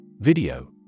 Video